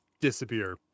disappear